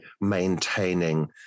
maintaining